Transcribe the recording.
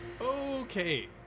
Okay